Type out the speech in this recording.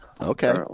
okay